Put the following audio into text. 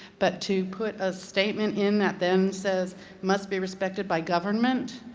but to put a statement in that then says must be respected by government,